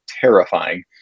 terrifying